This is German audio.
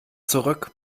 zurück